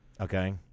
Okay